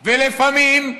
ולפעמים,